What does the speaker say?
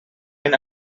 been